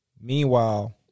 Meanwhile